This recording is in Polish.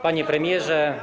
Panie Premierze!